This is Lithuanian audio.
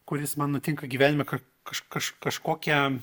kuris man nutinka gyvenime ka kaž kaž kažkokią